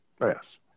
Yes